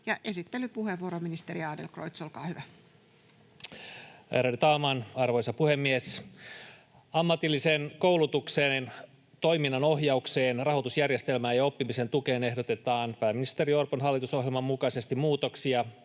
liittyviksi laeiksi Time: 18:17 Content: Ärade talman, arvoisa puhemies! Ammatillisen koulutuksen toiminnanohjaukseen, rahoitusjärjestelmään ja oppimisen tukeen ehdotetaan pääministeri Orpon hallitusohjelman mukaisesti muutoksia,